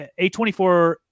A24